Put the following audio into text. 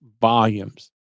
volumes